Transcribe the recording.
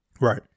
Right